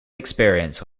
experience